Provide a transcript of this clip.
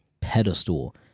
pedestal